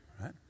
right